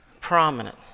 prominent